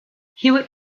hewitt